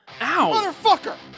Ow